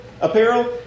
apparel